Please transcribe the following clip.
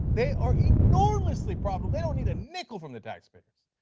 they are enormously profitable, they don't need a nickel from the taxpayers.